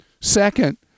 Second